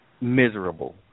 miserable